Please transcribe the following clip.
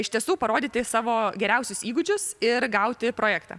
iš tiesų parodyti savo geriausius įgūdžius ir gauti projektą